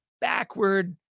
backward